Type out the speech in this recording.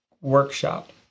workshop